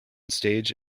stage